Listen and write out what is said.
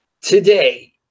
Today